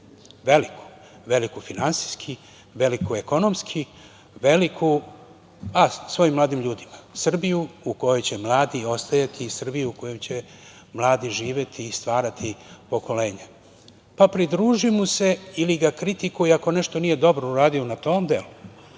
veliku, veliku finansijski, veliku ekonomski svojim mladim ljudima, Srbiju u kojoj će mladi ostajati i Srbiju u koju će mladi živeti i stvarati pokolenja, pa pridruži mu se ili ga kritikuj ako nešto nije dobro uradio na tom delu,